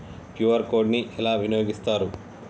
QR code ని ఎలా వినియోగిస్తారు?